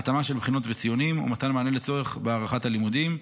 התאמה של בחינות וציונים ומתן מענה לצורך בהארכת הלימודים,